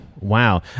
Wow